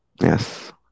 yes